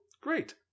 Great